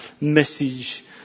message